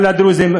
על הדרוזים.